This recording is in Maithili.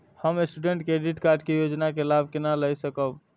हम स्टूडेंट क्रेडिट कार्ड के योजना के लाभ केना लय सकब?